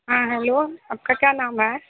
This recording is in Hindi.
हाँ हैलो आपका क्या नाम है